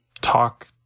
talk